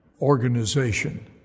organization